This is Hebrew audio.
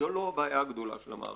זו לא הבעיה הגדולה של המערכת.